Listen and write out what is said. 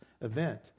event